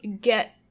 get